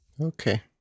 Okay